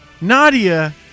Nadia